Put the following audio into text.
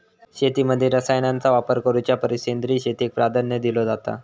शेतीमध्ये रसायनांचा वापर करुच्या परिस सेंद्रिय शेतीक प्राधान्य दिलो जाता